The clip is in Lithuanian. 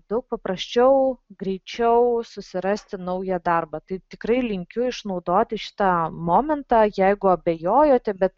daug paprasčiau greičiau susirasti naują darbą tai tikrai linkiu išnaudoti šitą momentą jeigu abejojote bet